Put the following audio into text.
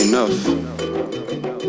enough